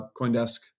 Coindesk